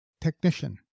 technician